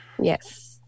Yes